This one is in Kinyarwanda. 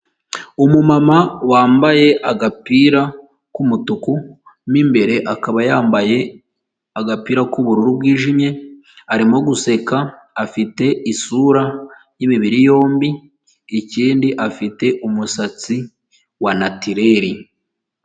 Umu mama wambaye agapira k'umutuku, m'imbere akaba yambaye agapira k'ubururu bwijimye, arimo guseka, afite isura y'imibiri yombi, ikindi afite umusatsi wa natural.